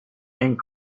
and